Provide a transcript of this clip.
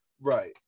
Right